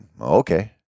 okay